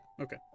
Okay